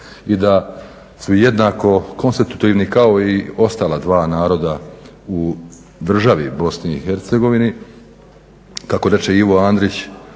i da su jednako konstitutivni kao i ostala dva naroda u državi BIH kako reče Ivo Andrić